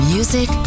Music